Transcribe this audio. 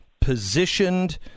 positioned